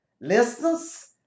Listeners